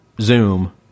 Zoom